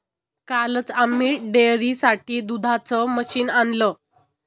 कालच आम्ही डेअरीसाठी दुधाचं मशीन आणलं